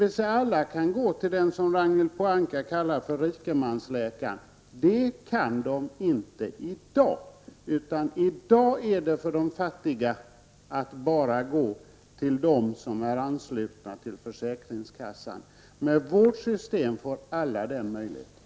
Alla skall alltså kunna gå till den som Ragnhild Pohanka kallar rikemansläkaren. Det kan de inte göra i dag. Med nuvarande ordning får de fattiga bara gå till de läkare som är anslutna till försäkringskassan. Med vårt system får alla samma möjligheter.